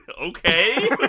Okay